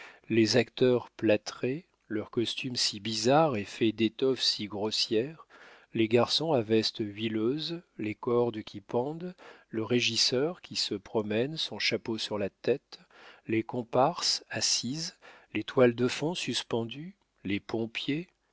les acteurs plâtrés leurs costumes si bizarres et faits d'étoffes si grossières les garçons à vestes huileuses les cordes qui pendent le régisseur qui se promène son chapeau sur la tête les comparses assises les toiles de fond suspendues les pompiers